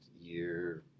year